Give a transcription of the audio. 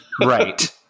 Right